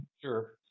Sure